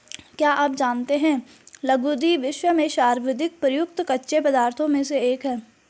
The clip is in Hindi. क्या आप जानते है लुगदी, विश्व में सर्वाधिक प्रयुक्त कच्चे पदार्थों में से एक है?